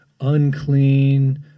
unclean